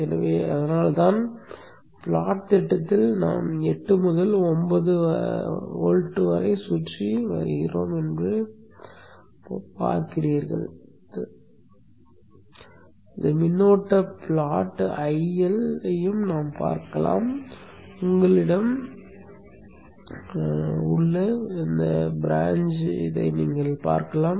எனவே அதனால்தான் ப்லாட்த்திட்டத்தில் கிளை என்ன என்பதை இங்கே பார்க்கலாம்